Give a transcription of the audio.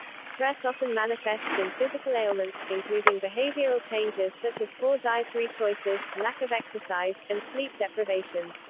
stress often manifests in physical ailments, including behavioral changes such as poor dietary choices, lack of exercise, and sleep deprivation.